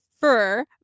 fur